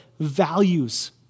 values